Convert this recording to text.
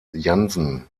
janssen